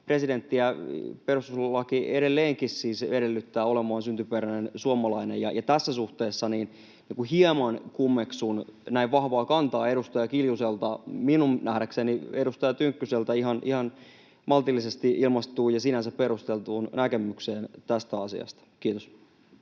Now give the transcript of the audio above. meillä perustuslaki edelleenkin siis edellyttää presidenttiä olemaan syntyperäinen suomalainen. Tässä suhteessa hieman kummeksun näin vahvaa kantaa edustaja Kiljuselta minun nähdäkseni edustaja Tynkkyseltä ihan maltillisesti ilmaistuun ja sinänsä perusteltuun näkemykseen tästä asiasta. — Kiitos.